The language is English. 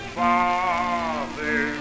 father